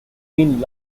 been